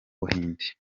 buhinde